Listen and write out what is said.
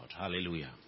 Hallelujah